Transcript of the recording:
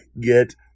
get